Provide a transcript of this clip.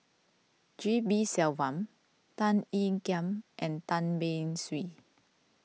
G P Selvam Tan Ean Kiam and Tan Beng Swee